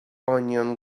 onion